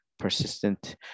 Persistent